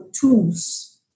tools